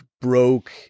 broke